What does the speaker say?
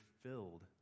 filled